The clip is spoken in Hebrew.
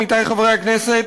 עמיתי חברי הכנסת,